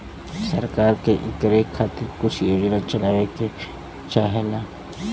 सरकार के इकरे खातिर कुछ योजना चलावे के चाहेला